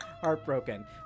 heartbroken